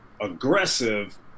aggressive